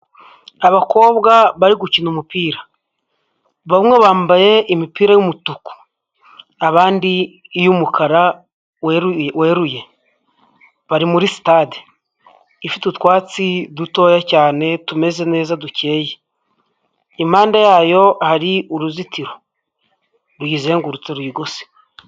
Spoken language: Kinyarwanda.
Abakobwa bari gukina umupira, bamwe bambaye imipira y'umutuku abandi bambaye iy'umukara weruye bari muri sitade ifite utwatsi dutoya cyane tumeze neza dukeye impande yayo hari uruzitiro ruyizengurutse ruyigose.